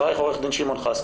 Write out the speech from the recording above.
שלום.